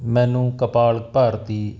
ਮੈਨੂੰ ਕਪਾਲ ਭਾਰਤੀ